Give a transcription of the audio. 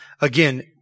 again